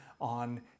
on